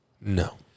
No